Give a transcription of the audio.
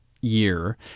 year